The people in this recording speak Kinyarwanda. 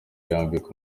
yambika